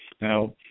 Now